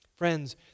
Friends